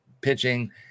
pitching